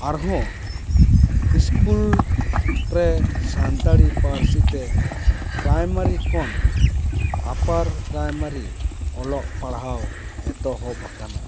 ᱟᱨᱦᱚᱸ ᱥᱠᱩᱞ ᱨᱮ ᱥᱟᱱᱛᱟᱲᱤ ᱯᱟᱹᱨᱥᱤᱛᱮ ᱯᱨᱟᱭᱢᱟᱨᱤ ᱠᱷᱚᱱ ᱟᱯᱟᱨ ᱯᱨᱟᱭᱢᱟᱨᱤ ᱚᱞᱚᱜ ᱯᱟᱲᱦᱟᱣ ᱮᱛᱚᱦᱚᱵ ᱟᱠᱟᱱᱟ